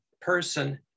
person